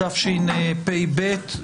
התשפ"ב-2021,